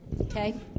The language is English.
okay